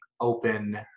open